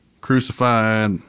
crucified